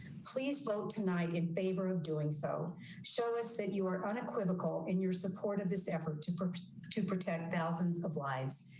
please vote tonight in favor of doing so show us that you are unequivocal in your support of this effort to to protect thousands of lives.